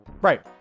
Right